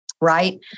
right